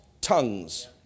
tongues